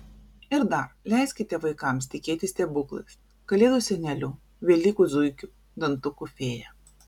ir dar leiskite vaikams tikėti stebuklais kalėdų seneliu velykų zuikiu dantukų fėja